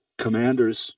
commanders